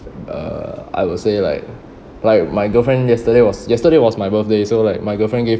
uh I would say like like my girlfriend yesterday was yesterday was my birthday so like my girlfriend gave